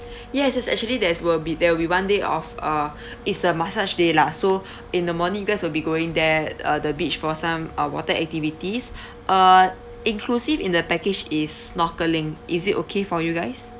ya it is actually there's will be there will be one day off uh it's the massage day lah so in the morning you guys will be going there uh the beach for some uh water activities uh inclusive in the package is snorkeling is it okay for you guys